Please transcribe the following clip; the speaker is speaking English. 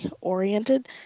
oriented